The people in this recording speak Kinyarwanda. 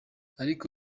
ariko